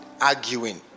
arguing